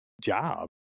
job